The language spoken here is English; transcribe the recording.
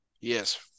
Yes